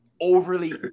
overly